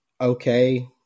okay